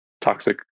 toxic